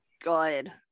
good